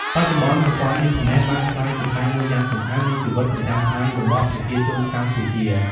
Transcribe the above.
បច្ចុប្បន្ន ប្រព័ន្ធអ៊ីនធឺណិតបានក្លាយជាផ្នែកមួយយ៉ាងសំខាន់នៃជីវិតប្រចាំថ្ងៃរបស់ប្រជាជនកម្ពុជា។